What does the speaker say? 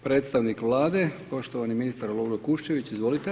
Predstavnik Vlade poštovani ministar Lovro Kuščević.